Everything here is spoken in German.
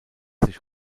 sich